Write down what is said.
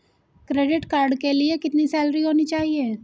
Credit card के लिए कितनी सैलरी होनी चाहिए?